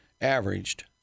averaged